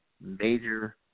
major